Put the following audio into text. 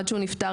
עד שהמטופל נפטר,